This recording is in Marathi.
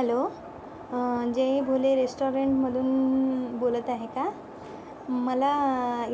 हॅलो जय भोले रेस्टॉरंटमधून बोलत आहे का मला